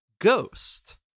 Ghost